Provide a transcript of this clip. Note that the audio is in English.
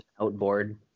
Outboard